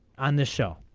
on the show.